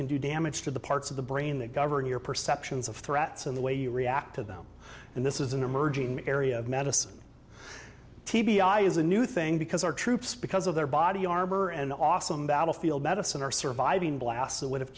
can do damage to the parts of the brain that govern your perceptions of threats and the way you react to them and this is an emerging area of medicine t b i is a new thing because our troops because of their body armor and awesome battlefield medicine are surviving blasts that would have